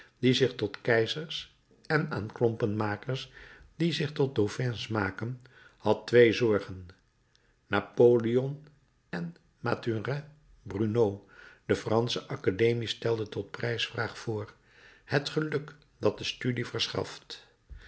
die zich tot keizers en aan klompenmakers die zich tot dauphins maken had twee zorgen napoleon en mathurin bruneau de fransche academie stelde tot prijsvraag voor het geluk dat de studie verschaft